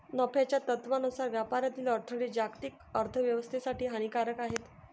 नफ्याच्या तत्त्वानुसार व्यापारातील अडथळे जागतिक अर्थ व्यवस्थेसाठी हानिकारक आहेत